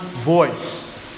voice